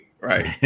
right